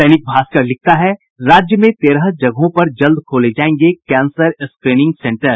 दैनिक भास्कर लिखता है राज्य में तेरह जगहों पर जल्द खोले जायेंगे कैंसर स्क्रीनिंग सेंटर